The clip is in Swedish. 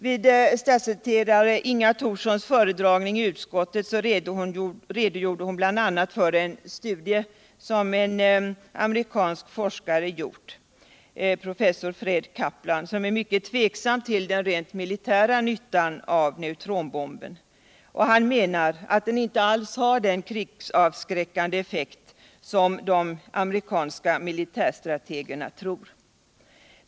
Vid statssekreterare Inga Thorssons föredragning i utskottet redogjordes bl.a. för en studie som en amerikansk forskare gjort. professor Fred Kaplan. Han är mycket tveksam till den rent militära nyttan av neutronbomben och menar att den inte alls har den krigsavsk räckande effekt som de amerikanska militärstrategerna tror.